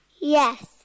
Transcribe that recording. Yes